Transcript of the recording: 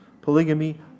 Polygamy